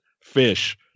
Fish